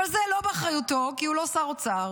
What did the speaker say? אבל זה לא באחריותו, כי הוא לא שר אוצר,